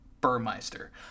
Burmeister